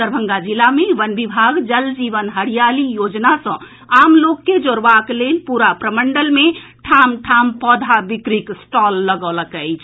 दरभंगा जिला मे वन विभाग जल जीवन हरियाली योजना सऽ आम लोक के जोड़बाक लेल पूरा प्रमंडल मे ठाम ठाम पौधा बिक्रीक स्टॉल लगौलक अछि